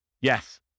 Yes